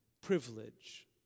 privilege